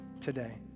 today